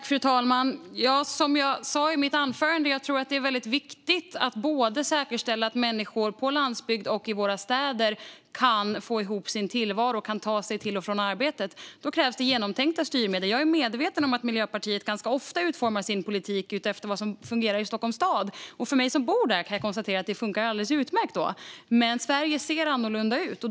Fru talman! Som jag sa i mitt anförande tror jag att det är viktigt att säkerställa att människor både på landsbygden och i våra städer kan få ihop sin tillvaro och ta sig till och från arbetet. Då krävs genomtänkta styrmedel. Jag är medveten om att Miljöpartiet ganska ofta utformar sin politik utifrån vad som fungerar i Stockholms stad. För mig som bor här kan jag konstatera att det funkar alldeles utmärkt, men Sverige ser annorlunda ut.